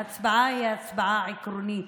ההצבעה היא הצבעה עקרונית,